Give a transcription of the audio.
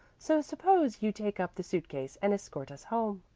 so suppose you take up the suit case and escort us home.